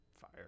fire